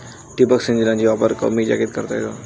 ठिबक सिंचनाचा वापर कमी जागेत करता येतो